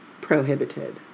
prohibited